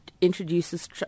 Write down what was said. introduces